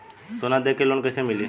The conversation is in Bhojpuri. सोना दे के लोन कैसे मिली?